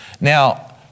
Now